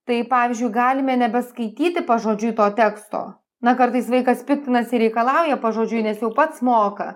tai pavyzdžiui galime nebeskaityti pažodžiui to teksto na kartais vaikas piktinasi reikalauja pažodžiui nes jau pats moka